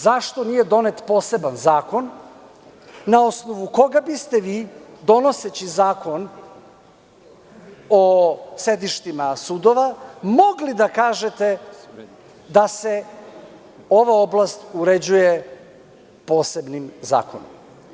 Zašto nije donet poseban zakon, na osnovu koga biste vi, donoseći zakon o sedištima sudova, mogli da kažete da se ova oblast uređuje posebnim zakonom?